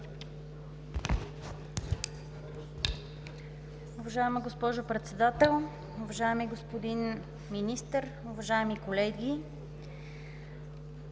Уважаема госпожо Председател, уважаеми господин Министър, уважаеми колеги!